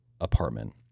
apartment